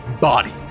body